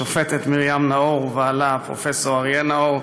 השופטת מרים נאור ובעלה הפרופסור אריה נאור,